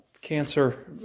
cancer